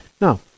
No